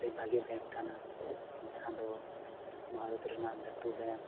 ᱟᱹᱰᱤ ᱵᱷᱟᱜᱮ ᱠᱟᱱᱟ ᱡᱟᱦᱟᱸ ᱫᱚ ᱵᱷᱟᱨᱚᱛ ᱨᱮᱱᱟᱜ ᱞᱟᱹᱴᱩ